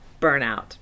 burnout